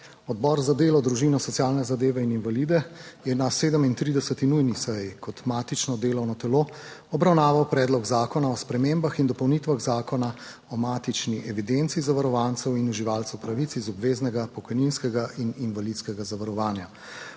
Odbor za delo, družino, socialne zadeve in invalide je na 37. nujni seji kot matično delovno telo obravnaval Predlog zakona o spremembah in dopolnitvah Zakona o matični evidenci zavarovancev in uživalcev pravic iz obveznega pokojninskega in invalidskega zavarovanja.